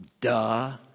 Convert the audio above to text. Duh